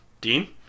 dean